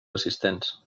assistents